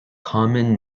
common